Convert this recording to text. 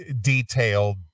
detailed